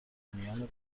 میان